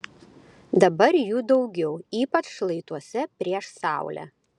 dabar jų daugiau ypač šlaituose prieš saulę